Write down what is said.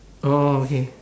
oh okay